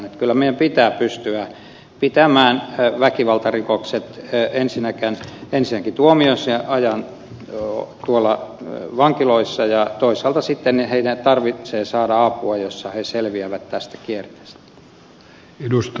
kyllä meidän pitää pystyä pitämään väkivaltarikolliset ensinnäkin tuomionsa ajan vankiloissa ja toisaalta heidän pitää saada apua niin että he selviävät tästä kierteestä